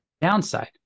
downside